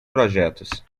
projetos